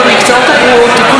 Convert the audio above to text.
התשע"ט 2018,